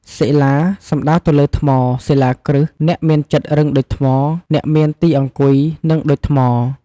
សិលា សំដៅទៅលើថ្ម សិលាគ្រិះ អ្នកមានចិត្តរឹងដូចថ្ម អ្នកមានទីអង្គុយនឹងដូចថ្ម។